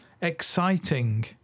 exciting